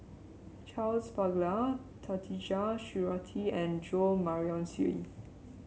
Charles Paglar Khatijah Surattee and Jo Marion Seow